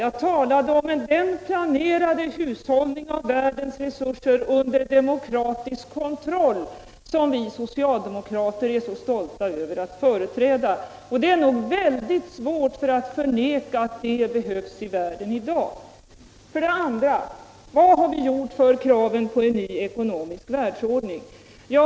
Jag talade om den planerade hushållning med världens resurser under demokratisk kontroll som vi socialdemokrater är så stolta över att företräda. Det är nog väldigt svårt att förneka att det behövs i världen i dag. | 2. Vad har vi gjort för kraven på en ny ekonomisk världsordning?